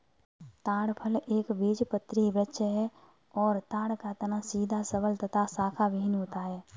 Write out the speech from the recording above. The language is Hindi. ताड़ फल एक बीजपत्री वृक्ष है और ताड़ का तना सीधा सबल तथा शाखाविहिन होता है